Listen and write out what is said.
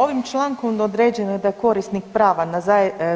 Ovim člankom određeno je da je korisnik prava na